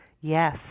Yes